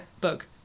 book